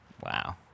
Wow